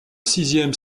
sixième